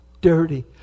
dirty